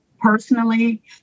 personally